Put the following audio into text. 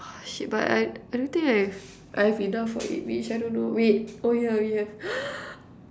oh shit but I I don't think I I have enough of eggwich I don't know wait oh yeah we have